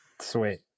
sweet